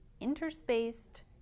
Interspaced